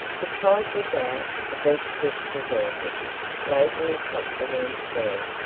the tide was out the beach was deserted lazily flopped the warm sea.